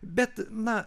bet na